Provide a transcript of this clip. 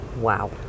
Wow